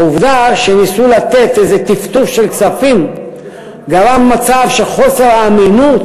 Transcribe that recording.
העובדה שניסו לתת טפטוף של כספים גרם למצב שחוסר האמינות